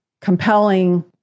compelling